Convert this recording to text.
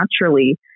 naturally